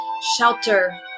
shelter